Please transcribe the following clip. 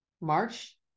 march